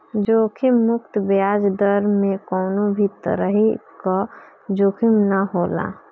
जोखिम मुक्त बियाज दर में कवनो भी तरही कअ जोखिम ना होला